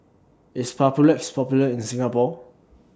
IS Papulex Popular in Singapore